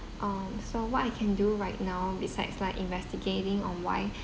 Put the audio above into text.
um so what I can do right now besides like investigating on why